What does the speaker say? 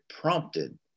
prompted